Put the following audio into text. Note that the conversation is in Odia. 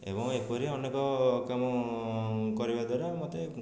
ଏବଂ ଏପରି ଅନେକ କାମ କରିବା ଦ୍ୱାରା ମୋତେ